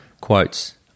quotes